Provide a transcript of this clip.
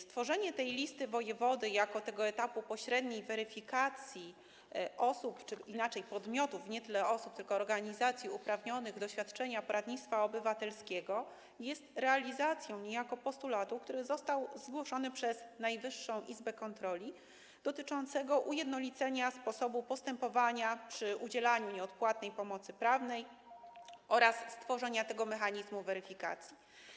Stworzenie listy wojewody jako etapu pośredniej weryfikacji osób, czy inaczej: podmiotów, nie tyle osób, co organizacji uprawnionych do świadczenia poradnictwa obywatelskiego, jest niejako realizacją postulatu, który został zgłoszony przez Najwyższą Izbę Kontroli, dotyczącego ujednolicenia sposobu postępowania przy udzielaniu nieodpłatnej pomocy prawnej oraz stworzenia mechanizmu weryfikacji.